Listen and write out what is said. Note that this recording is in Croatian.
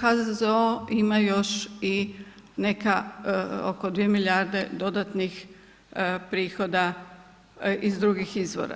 HZZO ima još i neka oko 2 milijarde dodatnih prihoda iz drugih izvora.